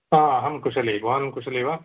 आ अहं कुशली भवान् कुशली वा